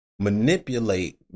manipulate